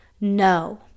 no